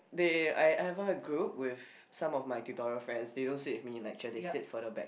they I I have a group with some of my tutorial friends they don't sit with me in lectures they sit further back